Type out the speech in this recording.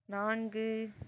நான்கு